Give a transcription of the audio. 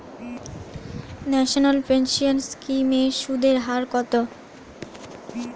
National pension scheme এর সুদের হার কত?